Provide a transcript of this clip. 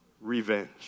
Revenge